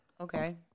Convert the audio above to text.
Okay